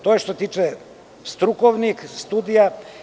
To je što se tiče strukovnih studija.